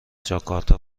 جاکارتا